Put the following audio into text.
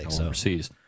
overseas